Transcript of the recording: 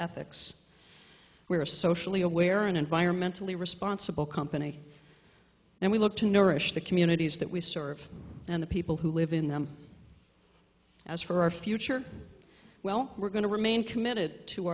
ethics we are socially aware and environmentally responsible company and we look to nourish the communities that we serve and the people who live in them as for our future well we're going to remain committed to